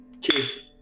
Cheers